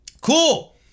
Cool